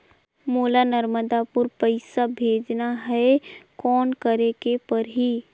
मोला नर्मदापुर पइसा भेजना हैं, कौन करेके परही?